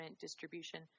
distribution